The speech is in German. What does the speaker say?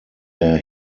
der